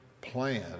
plan